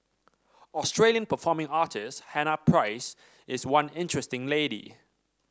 Australian performing artist Hannah Price is one interesting lady